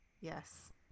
yes